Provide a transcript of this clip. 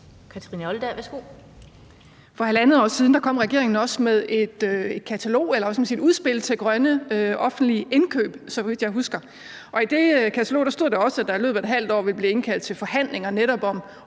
For halvandet år siden kom regeringen også med et katalog eller sådan set et udspil til grønne offentlige indkøb, så vidt jeg husker, og i det katalog stod der også, at der i løbet af et halvt år ville blive indkaldt til forhandlinger netop om